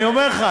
אני אומר לך,